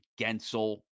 Gensel